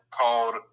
called